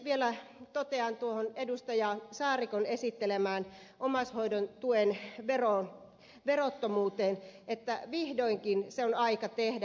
vielä totean tuosta edustaja saarikon esittelemästä omaishoidon tuen verottomuudesta että vihdoinkin se on aika tehdä